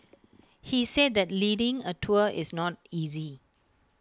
he said that leading A tour is not easy